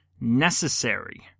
necessary